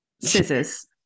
Scissors